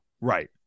Right